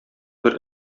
бер